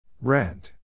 Rent